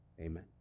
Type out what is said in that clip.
Amen